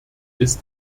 ist